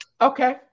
Okay